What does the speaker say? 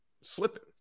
slipping